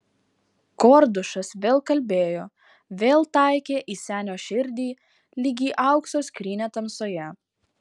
kordušas vėl kalbėjo vėl taikė į senio širdį lyg į aukso skrynią tamsoje